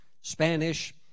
Spanish